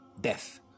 death